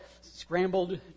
scrambled